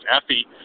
Effie